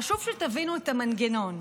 חשוב שתבינו את המנגנון.